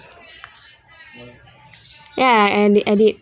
ya and they edit